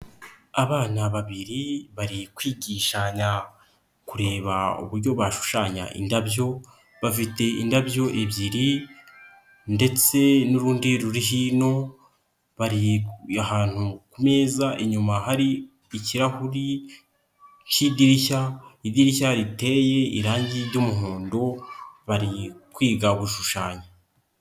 Abana babiri bari kwigishanya kureba uburyo bashushanya indabyo, bafite indabyo ebyiri, ndetse n'urundi ruri hino, bari ahantu ku meza, inyuma hari ikirahuri cy'idirishya, idirishya riteye irangi ry'umuhondo, bari kwiga gushushanya.